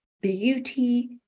beauty